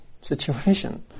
situation